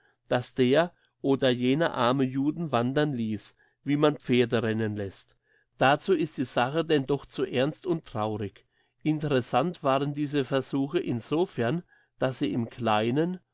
dass der oder jener arme juden wandern liess wie man pferde rennen lässt dazu ist die sache denn doch zu ernst und traurig interessant waren diese versuche insofern als sie im kleinen